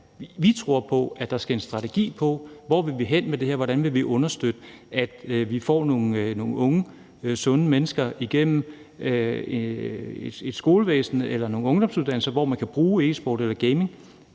vi tror på, at der skal en strategi til for, hvor vi vil hen med det her, hvordan vi vil understøtte, at vi får nogle unge sunde mennesker igennem et skolevæsen eller nogle ungdomsuddannelser, hvor man kan bruge e-sport eller gaming,